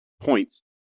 points